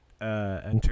enter